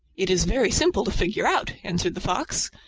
it is very simple to figure out, answered the fox.